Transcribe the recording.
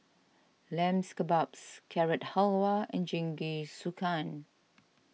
Lambs Kebabs Carrot Halwa and Jingisukan